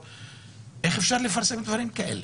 איך אפשר לפרסם דברים כאלה?